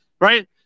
right